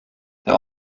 der